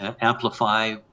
amplify